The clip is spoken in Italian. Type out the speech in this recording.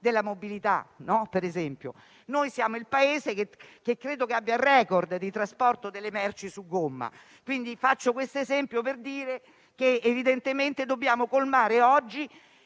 della mobilità, per esempio. Noi siamo il Paese che credo abbia il *record* di trasporto delle merci su gomma. Faccio questo esempio per dire che, evidentemente, dobbiamo colmare oggi